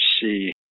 see